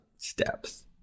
steps